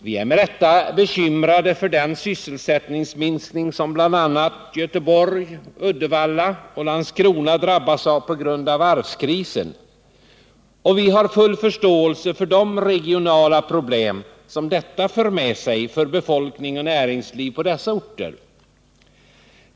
Vi är med rätta bekymrade för den sysselsättningsminskning som bl.a. Göteborg, Uddevalla och Landskrona drabbas av på grund av varvskrisen, och vi har förståelse för de regionala problem som detta för med sig för befolkning och näringsliv på dessa orter.